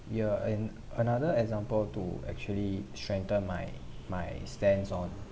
yeah and another example to actually strengthen my my stance on